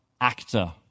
actor